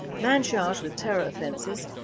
man charged with terror offences